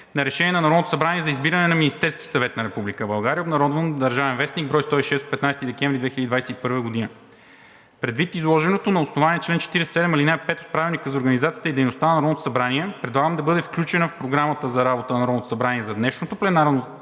на Решение на Народното събрание за избиране на Министерски съвет на Република България (обн., ДВ, бр. 106 от 15 декември 2021 г.). Предвид изложеното на основание чл. 47, ал. 5 от Правилника за организацията и дейността на Народното събрание предлагам да бъде включена в Програмата за работа на Народното събрание за днешното пленарно